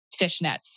fishnets